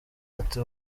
ati